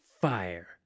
Fire